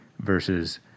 versus